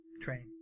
Train